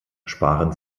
sparen